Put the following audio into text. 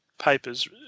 papers